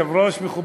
אתה,